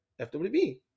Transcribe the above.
FWB